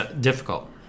difficult